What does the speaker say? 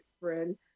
friend